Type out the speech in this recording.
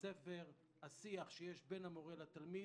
השיח שיש בין המורה לתלמיד.